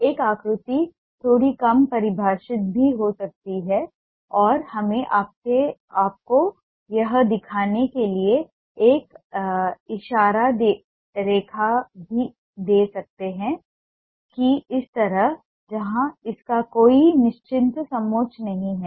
एक आकृति थोड़ी कम परिभाषित भी हो सकती है और हम आपको यह दिखाने के लिए एक इशारा रेखा दे सकते हैं कि इस तरह जहाँ इसका कोई निश्चित समोच्च नहीं है